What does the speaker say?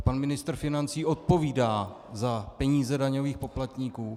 Pan ministr financí odpovídá za peníze daňových poplatníků.